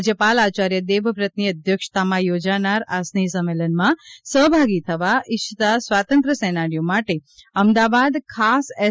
રાજ્યપાલ આચાર્ય દેવવ્રતની અધ્યક્ષતામાં યોજાનારા આ સ્નેહ સંમેલનમાં સહભાગી થવા ઇચ્છતા સ્વાતંત્ર્ય સેનાનીઓ માટે અમદાવાદ ખાસ એસ